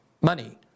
money